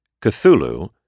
Cthulhu